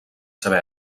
seva